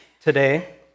today